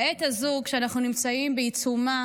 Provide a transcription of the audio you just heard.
בעת הזו, כשאנחנו נמצאים בעיצומה